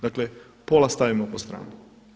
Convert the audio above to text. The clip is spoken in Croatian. Dakle pola stavimo po strani.